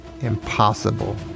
impossible